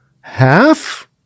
half